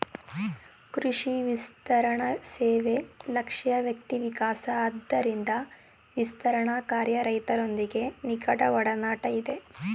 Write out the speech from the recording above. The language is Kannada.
ಕೃಷಿ ವಿಸ್ತರಣಸೇವೆ ಲಕ್ಷ್ಯ ವ್ಯಕ್ತಿವಿಕಾಸ ಆದ್ದರಿಂದ ವಿಸ್ತರಣಾಕಾರ್ಯ ರೈತರೊಂದಿಗೆ ನಿಕಟಒಡನಾಟ ಇದೆ